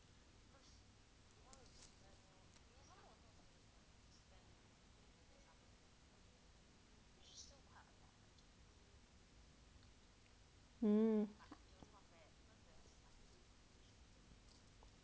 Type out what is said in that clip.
mm